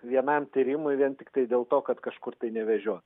vienam tyrimui vien tiktai dėl to kad kažkur tai nevežiot